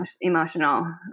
emotional